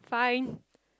fine